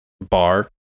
bar